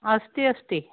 अस्ति अस्ति